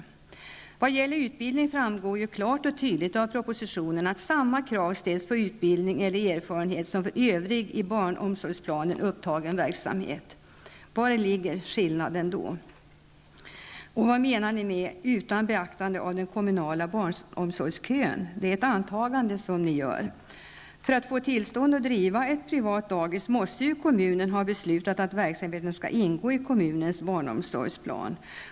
När det gäller utbildningen framgår det klart och tydligt av propositionen att samma krav ställs på utbildning eller erfarenhet som för övrig i barnsomsorgsplanen upptagen verksamhet. Vari ligger då skillnaden? Och vad menar ni med ''utan beaktande av den kommunala barnomsorgskön''? Det är ett antagande som ni gör. För att få tillstånd att driva ett privat dagis måste ju kommunen ha beslutat att verksamheten skall ingå i kommunens barnomsorgsplan.